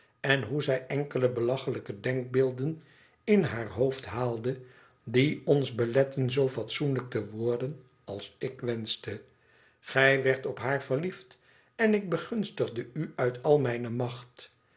en hoe zij enkele belachelijke denkbeelden in haar hoofd haalde die ons beletten zoo fatsoenlijk te worden als ik wenschte gij werdt op haar verliefd en ik begunstigde u uit al mijne macht